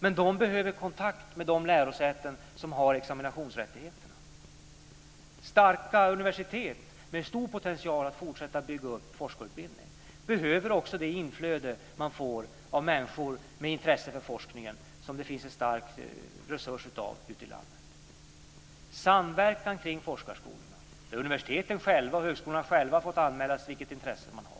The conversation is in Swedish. Men de behöver kontakt med de lärosäten som har examinationsrättigheterna. Det ska vara starka universitet med stor potential att fortsätta att bygga upp forskarutbildning. De behöver också det inflöde av de människor med intresse för forskningen som finns som en stark resurs runtom i landet. Det behövs en samverkan kring forskarskolorna. Universiteten och högskolorna själva får anmäla vilket intresse de har.